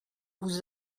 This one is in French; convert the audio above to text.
vous